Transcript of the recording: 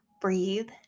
breathe